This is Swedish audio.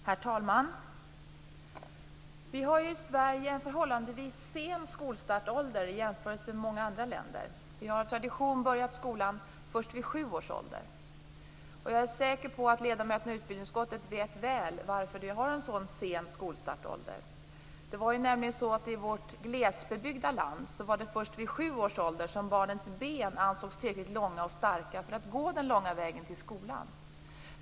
Herr talman! Vi har ju i Sverige en förhållandevis sen skolstartsålder jämfört med många andra länder. Vi har av tradition börjat skolan först vid sju års ålder. Jag är säker på att ledamöterna i utbildningsutskottet väl vet varför vi har en så sen skolstartsålder. Det var ju nämligen så att i vårt glesbebyggda land var det först vid sju års ålder som barnens ben ansågs tillräckligt långa och starka för att barnen skulle kunna gå den långa vägen till skolan.